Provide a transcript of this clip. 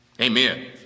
Amen